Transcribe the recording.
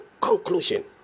conclusion